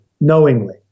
knowingly